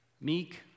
meek